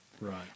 Right